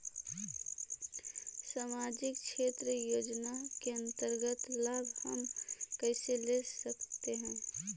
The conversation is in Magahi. समाजिक क्षेत्र योजना के अंतर्गत लाभ हम कैसे ले सकतें हैं?